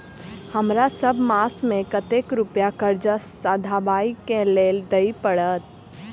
हमरा सब मास मे कतेक रुपया कर्जा सधाबई केँ लेल दइ पड़त?